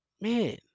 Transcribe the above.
man